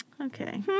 Okay